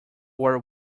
were